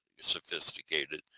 sophisticated